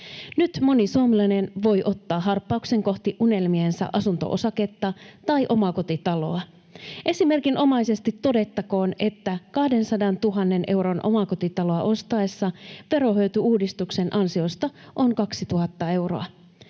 Nyt moni suomalainen voi ottaa harppauksen kohti unelmiensa asunto-osaketta tai omakotitaloa. Esimerkinomaisesti todettakoon, että 200 000 euron omakotitaloa ostaessa verohyöty uudistuksen ansiosta on 2 000 euroa.